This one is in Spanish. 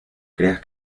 creas